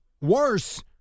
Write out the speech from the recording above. Worse